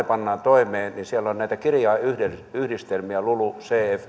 pannaan toimeen niin siellä on näitä kirjainyhdistelmiä lulucf